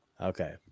Okay